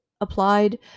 applied